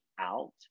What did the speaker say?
out